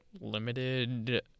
limited